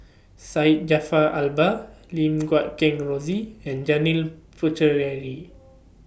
Syed Jaafar Albar Lim Guat Kheng Rosie and Janil Puthucheary